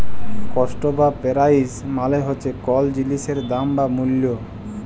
cost বা price মালে হছে কল জিলিসের দাম বা মূল্য